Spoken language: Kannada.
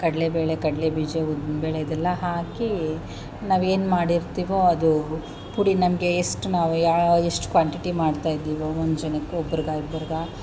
ಕಡಲೇಬೇಳೆ ಕಡಲೇಬೀಜ ಉದ್ದಿನಬೇಳೆ ಇದೆಲ್ಲ ಹಾಕಿ ನಾವು ಏನು ಮಾಡಿರ್ತಿವೋ ಅದು ಪುಡಿ ನಮಗೆ ಎಷ್ಟು ನಾವು ಯಾವು ಎಷ್ಟು ಕ್ವಾಂಟಿಟಿ ಮಾಡ್ತಾಯಿದ್ದೀವೋ ಒಂದು ಜನಕ್ಕೆ ಒಬ್ರಿಗೆ ಇಬ್ರಿಗೆ